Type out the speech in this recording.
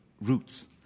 roots